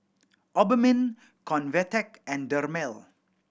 Obimin Convatec and Dermale